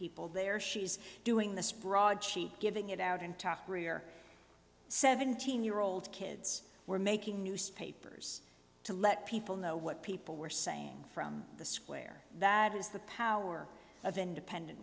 people there she's doing this broad sheet giving it out in talk rear seventeen year old kids were making newspapers to let people know what people were saying from the square that is the power of independent